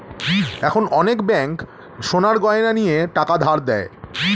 এখন অনেক ব্যাঙ্ক সোনার গয়না নিয়ে টাকা ধার দেয়